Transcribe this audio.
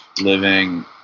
living